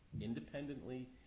independently